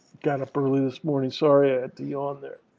got up early this morning. sorry i had to yawn there.